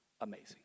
amazing